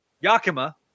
Yakima